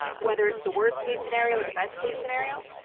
whether it's the worst case scenario or the best case scenario,